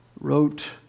wrote